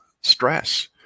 stress